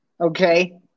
Okay